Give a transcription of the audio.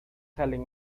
salen